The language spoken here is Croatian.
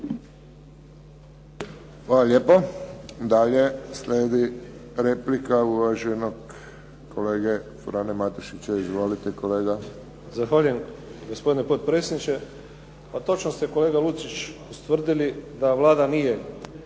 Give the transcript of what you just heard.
Hvala lijepo. Dalje slijedi replika uvaženog kolege Frane Matušića. Izvolite kolega. **Matušić, Frano (HDZ)** Zahvaljujem gospodine potpredsjedniče. Pa točno ste kolega Lucić ustvrdili da Vlada nije